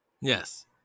Yes